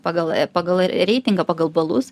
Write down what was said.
pagal pagal reitingą pagal balus